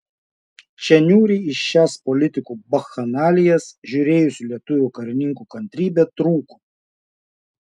čia niūriai į šias politikų bakchanalijas žiūrėjusių lietuvių karininkų kantrybė trūko